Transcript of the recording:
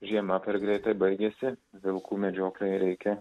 žiema per greitai baigėsi vilkų medžioklei reikia